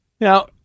Now